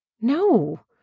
No